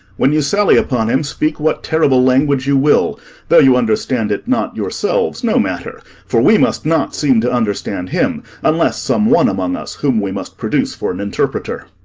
when you sally upon him, speak what terrible language you will though you understand it not yourselves, no matter for we must not seem to understand him, unless some one among us, whom we must produce for an interpreter.